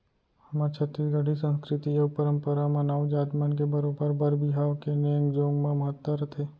हमर छत्तीसगढ़ी संस्कृति अउ परम्परा म नाऊ जात मन के बरोबर बर बिहाव के नेंग जोग म महत्ता रथे